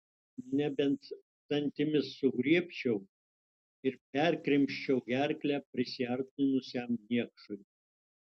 nebent dantimis sugriebčiau ir perkrimsčiau gerklę prisiartinusiam niekšui